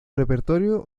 repertorio